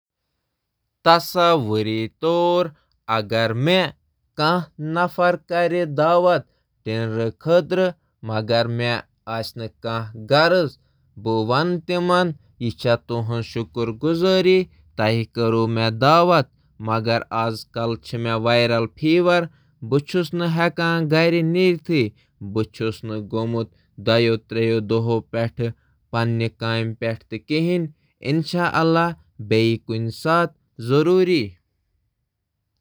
تصور کٔرِو، اگر کانٛہہ مےٚ ڈِنر خٲطرٕ دعوت دِوان مگر تُہۍ چھِو نہٕ گژھُن یژھان۔ بہٕ وَنَس تِمَن شُکریہ زِ تۄہہِ دِژ مےٚ دعوت مگر مےٚ چھُ 3-4 دۄہَن تپھ، بہٕ چھُس آرام کِس بسترَس پٮ۪ٹھ۔ بہٕ ہیوٚک نہٕ دفتر تہِ گٔژِھتھ۔ لہٰذا بیٛکہِ لٹہِ یِنہٕ بہٕ۔.